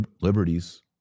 liberties